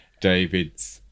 David's